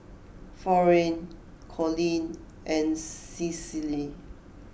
Florene Collie and Cicely